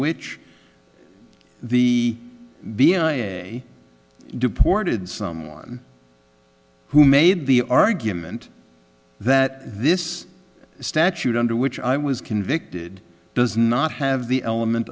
which the being deported someone who made the argument that this statute under which i was convicted does not have the element